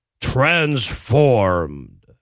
transformed